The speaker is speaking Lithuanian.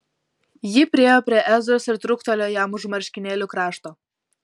ji priėjo prie ezros ir truktelėjo jam už marškinėlių krašto